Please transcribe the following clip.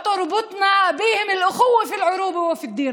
ואנו קשורים אליו בקשרי אחווה בערביות ובדת,